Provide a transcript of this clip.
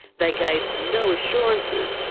they gave no assurances,